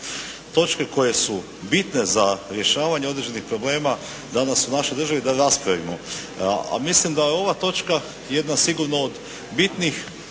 točke koje su bitne za rješavanje određenih problema danas u našoj državi da raspravimo. A mislim da je ova točka jedna sigurno od bitnijih,